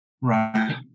right